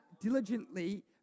diligently